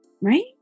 right